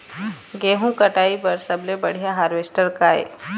गेहूं कटाई बर सबले बढ़िया हारवेस्टर का ये?